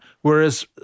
whereas